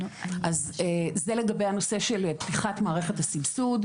אז זה לגבי הנושא של פתיחת מערכת הסבסוד,